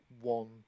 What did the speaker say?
one